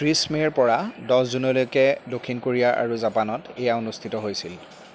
ত্ৰিছ মে'ৰ পৰা দছ জুনলৈকে দক্ষিণ কোৰিয়া আৰু জাপানত এয়া অনুষ্ঠিত হৈছিল